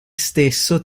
stesso